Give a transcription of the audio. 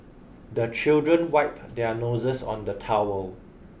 the children wipe their noses on the towel